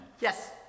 Yes